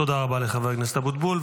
תודה רבה לחבר הכנסת אבוטבול.